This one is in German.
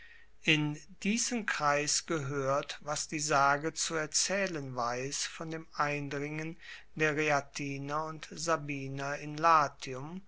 in diesen kreis gehoert was die sage zu erzaehlen weiss von dem eindringen der reatiner und sabiner in latium